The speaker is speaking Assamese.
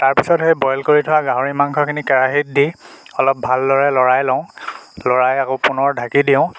তাৰপিছত সেই বইল কৰি থোৱা গাহৰি মাংসখিনি কেৰাহীত দি অলপ ভালদৰে লৰাই লওঁ লৰাই আকৌ পুনৰ ঢাকি দিওঁ